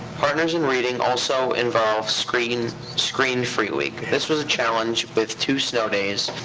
partners in reading also involves screen-free screen-free week. this was a challenge with two snow days,